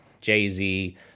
Jay-Z